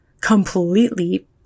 completely